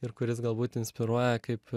ir kuris galbūt inspiruoja kaip